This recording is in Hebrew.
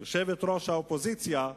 גברתי יושבת-ראש האופוזיציה,